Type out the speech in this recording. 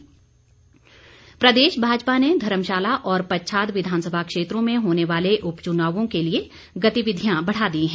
सतपाल सत्ती प्रदेश भाजपा ने धर्मशाला और पच्छाद विधानसभा क्षेत्रों में होने वाले उपच्नावों के लिए गतिविधियां बढ़ा दी हैं